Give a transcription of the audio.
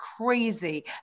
crazy